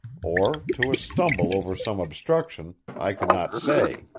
or to a stumble over some obstruction, i could not say.